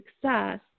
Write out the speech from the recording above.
success